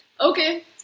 Okay